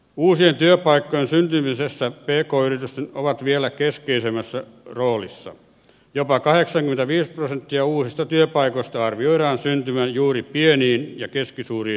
uusien työpaikkojen syntymisessä peikkoina ovat vielä keskeisemmässä roolissa jopa kaheksan davies ja uusista työpaikoista arvioidaan syntyvän juuri pieni ja keskisuuri